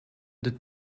did